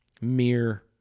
mere